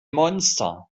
monster